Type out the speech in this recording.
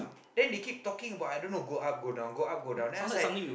then they keep talking about I don't know go up go down go up go down then I was like